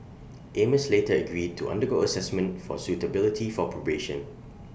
amos later agreed to undergo Assessment for suitability for probation